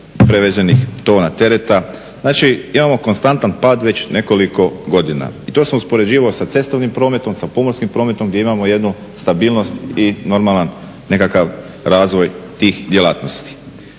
prevezenih tona tereta. Znači, imamo konstantan pad već nekoliko godina. I to sam uspoređivao sa cestovnim prometom, sa pomorskim prometom gdje imamo jednu stabilnost i normalan nekakav razvoj tih djelatnosti.